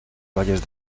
valles